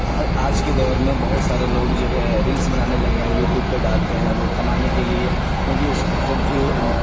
آج کے دور میں بہت سارے لوگ جو ہے ریلس بنانے لگے ہیں یوٹوب پہ ڈالتے ہیں وہ کمانے کے لیے کیونکہ اس جب بھی